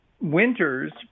winters